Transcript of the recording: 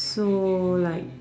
so like